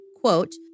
quote